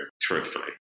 truthfully